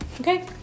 Okay